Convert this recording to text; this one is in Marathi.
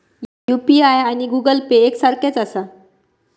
यू.पी.आय आणि गूगल पे एक सारख्याच आसा?